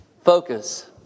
focus